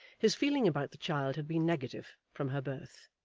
his feeling about the child had been negative from her birth.